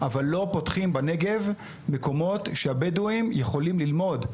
לא פותחים בנגב מקומות שבהם הבדואים יכולים ללמוד.